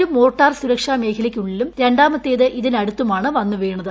ഒരു മോർട്ടാർ സുരക്ഷാ മേഖലയ്ക്കുള്ളിലും രണ്ടാമത്തേത് ഇതിനടുത്തുമാണ് വന്നു വീണത്